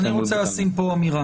אני רוצה לשים פה אמירה,